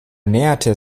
näherte